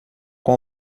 com